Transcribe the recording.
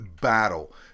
battle